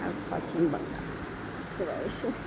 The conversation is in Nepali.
अब पश्चिम बङ्गालतिर यसो